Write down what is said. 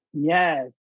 Yes